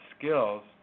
skills